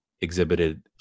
exhibited